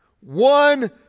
one